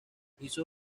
hizo